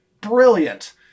brilliant